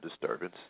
disturbance